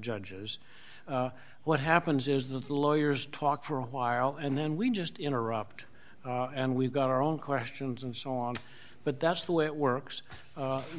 judges what happens is that lawyers talk for a while and then we just interrupt and we've got our own questions and so on but that's the way it works